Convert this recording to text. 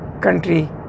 country